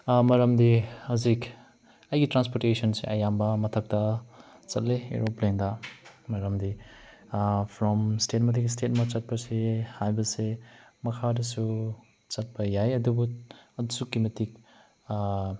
ꯃꯔꯝꯗꯤ ꯍꯧꯖꯤꯛ ꯑꯩꯒꯤ ꯇ꯭ꯔꯥꯟꯁꯄꯣꯔꯇꯦꯁꯟꯁꯦ ꯑꯌꯥꯝꯕ ꯃꯊꯛꯇ ꯆꯠꯂꯤ ꯑꯦꯔꯣꯄ꯭ꯂꯦꯟꯗ ꯃꯔꯝꯗꯤ ꯐ꯭ꯔꯣꯝ ꯏꯁꯇꯦꯠ ꯑꯃꯗꯒꯤ ꯏꯁꯇꯦꯠ ꯑꯃꯗ ꯆꯠꯄꯁꯤ ꯍꯥꯏꯕꯁꯦ ꯃꯈꯥꯗꯁꯨ ꯆꯠꯄ ꯌꯥꯏ ꯑꯗꯨꯕꯨ ꯑꯁꯨꯛꯀꯤ ꯃꯇꯤꯛ